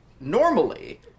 normally